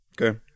Okay